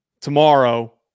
tomorrow